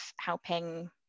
helping